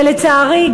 ולצערי,